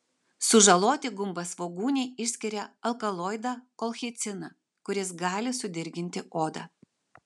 sužaloti gumbasvogūniai išskiria alkaloidą kolchiciną kuris gali sudirginti odą